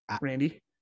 Randy